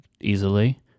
easily